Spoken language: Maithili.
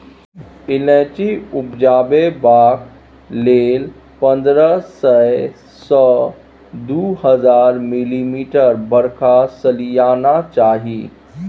इलाइचीं उपजेबाक लेल पंद्रह सय सँ दु हजार मिलीमीटर बरखा सलियाना चाही